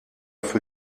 für